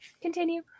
Continue